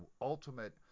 ultimate